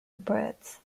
poets